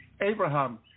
Abraham